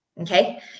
Okay